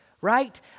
right